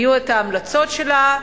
יהיו ההמלצות שלה,